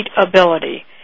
ability